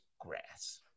grass